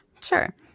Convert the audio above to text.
Sure